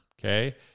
okay